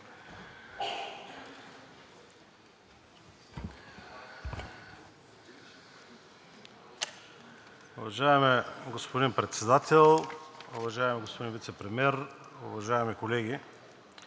Уважаеми господин Председател, уважаеми господин Вицепремиер, уважаеми колеги!